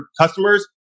customers